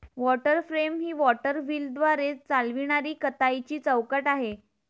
water frame ही water व्हीलद्वारे चालविणारी कताईची चौकट आहे